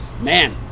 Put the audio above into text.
Man